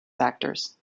factors